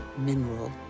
mineral,